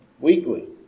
weekly